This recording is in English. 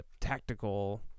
tactical